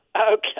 Okay